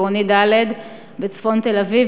בעירוני ד' בצפון תל-אביב,